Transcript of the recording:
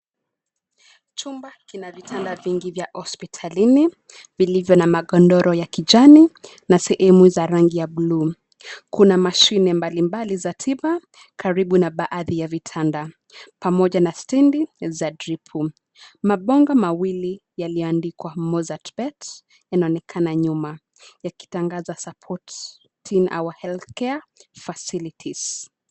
Chumba kina vitanda vingi vya hospitalini vilivyo na magodoro ya kijani na sehemu za rangi ya buluu. Kuna mashine mbali mbali za tiba karibu na baadhi ya vitanda, pamoja na stendi za dripu. Mabango mawili yaliyoandikwa mozartbet yanaonekana nyuma yakitangaza supporting our healthcare facilities .